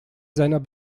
seiner